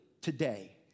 today